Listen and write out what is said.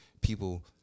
people